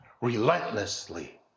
relentlessly